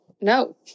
no